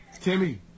Timmy